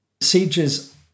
Sieges